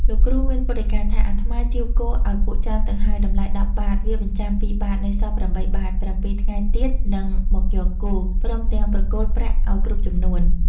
លោកគ្រូមានពុទ្ធដីកាថា "អាត្មាជាវគោឲ្យពួកចាមទៅហើយ តម្លៃ ១០ បាទ វាបញ្ចាំ ២ បាទ នៅខ្វះ ៨ បាទ ៧ ថ្ងៃទៀតនឹងមកយកគោ ព្រមទាំងប្រគល់ប្រាក់ឲ្យគ្រប់ចំនួន"។